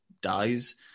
dies